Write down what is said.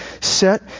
set